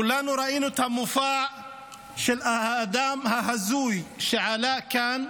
כולנו ראינו את המופע של האדם ההזוי שעלה לכאן,